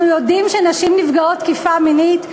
אנחנו יודעים שנשים נפגעות תקיפה מינית,